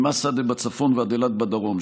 ממסעדה בצפון ועד אילת בדרום.